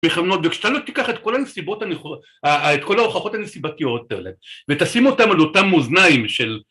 וכשאתה לא תיקח את כל ההוכחות הנסיבתיות האלה ותשים אותן על אותם מאוזניים של